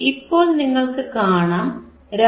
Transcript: ഇപ്പോൾ നിങ്ങൾക്കു കാണാം 2